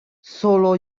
solo